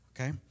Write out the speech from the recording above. Okay